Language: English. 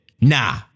Nah